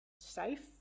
safe